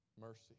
mercy